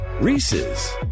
Reese's